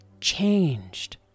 changed